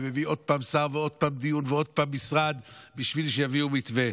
ומביא עוד פעם שר ועוד פעם דיון ועוד פעם משרד בשביל שיביאו מתווה.